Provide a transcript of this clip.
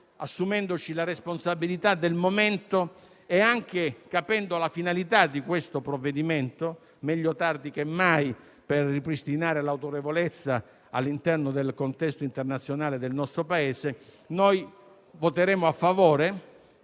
assumendoci la responsabilità del momento e anche capendo la finalità del provvedimento - meglio tardi che mai, per ripristinare l'autorevolezza all'interno del contesto internazionale del nostro Paese - voteremo a favore.